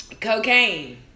Cocaine